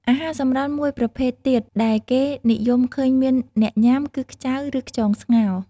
អាហារសម្រន់មួយប្រភេទទៀតដែលគេនិយមឃើញមានអ្នកញុំា គឺខ្ចៅ ឬ ខ្យងស្ងោរ។